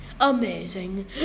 amazing